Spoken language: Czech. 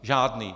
Žádný.